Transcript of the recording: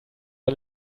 der